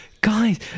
Guys